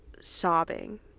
sobbing